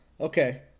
Okay